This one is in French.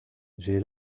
j’ai